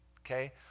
Okay